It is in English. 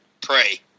Pray